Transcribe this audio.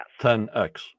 10X